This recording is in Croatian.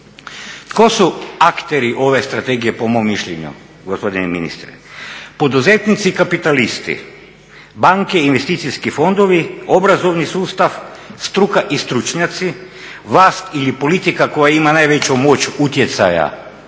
Tko su akteri ove strategije po mom mišljenju, gospodine ministre? Poduzetnici i kapitalisti, banke i investicijski fondovi, obrazovni sustav, struka i stručnjaci, vlast ili politika koja ima najveću moć utjecaja,